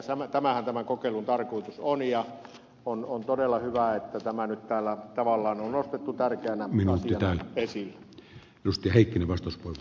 tämähän tämän kokeilun tarkoitus on ja on todella hyvä että tämä nyt täällä tavallaan on nostettu tärkeänä asiana esille